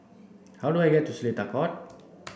how do I get to Seletar Court